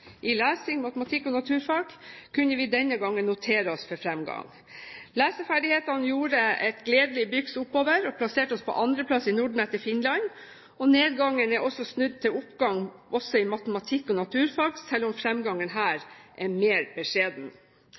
i lesing, matematikk og naturfag, kunne vi denne gangen notere oss fremgang. Leseferdighetene gjorde et gledelig byks oppover og plasserte oss på andreplass i Norden etter Finland. Nedgangen er snudd til oppgang også i matematikk og naturfag, selv om fremgangen her er mer beskjeden.